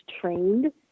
trained